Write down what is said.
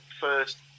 first